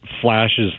flashes